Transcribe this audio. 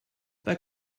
pas